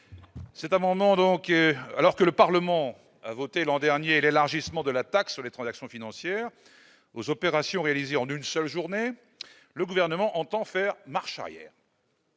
Cet amendement donc alors que le Parlement a voté l'an dernier, l'élargissement de la taxe sur les transactions financières aux opérations réalisées en une seule journée, le gouvernement entend faire marche arrière.